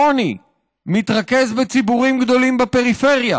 העוני מתרכז בציבורים גדולים בפריפריה.